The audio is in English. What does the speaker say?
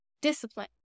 discipline